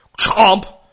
Chomp